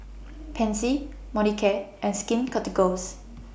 Pansy Molicare and Skin Ceuticals